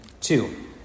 Two